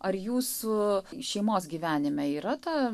ar jūsų šeimos gyvenime yra ta